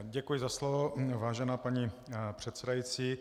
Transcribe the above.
Děkuji za slovo, vážená paní předsedající.